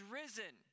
risen